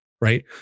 Right